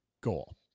goal